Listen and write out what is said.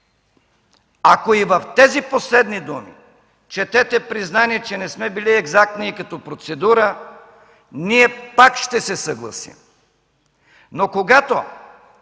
Ако и в тези последни думи четете признание, че не сме били екзактни и като процедура, ние пак ще се съгласим. Но когато